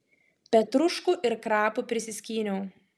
petruškų ir krapų prisiskyniau